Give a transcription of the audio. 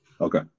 Okay